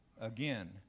again